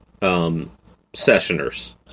sessioners